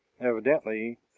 evidently